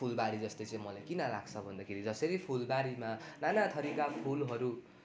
फुलबारी जस्तो चाहिँ मलाई किन लाग्छ भन्दाखेरि जसरी फुलबारीमा नानाथरीका फुलहरू